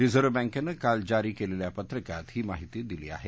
reserve बँकनं काल जारी केलेल्या पत्रकात ही माहिती दिली आहे